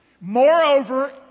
Moreover